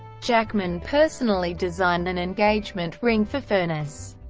jackman personally designed an engagement ring for furness,